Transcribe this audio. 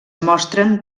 mostren